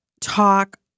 talk